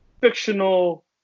fictional